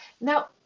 Now